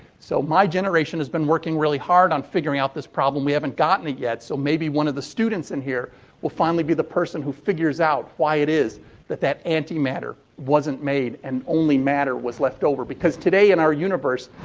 so, my generation has been working really hard on figuring out this problem. we haven't gotten it yet, so maybe one of the students in here will finally be the person who figures out why it is that that anti-matter wasn't made and only matter was left over. because, today, in our universe,